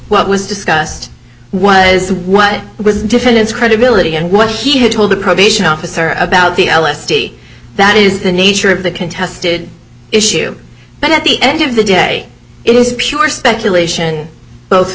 what was discussed was what was the defendant's credibility and what he had told the probation officer about the ellis that is the nature of the contested issue but at the end of the day it is pure speculation both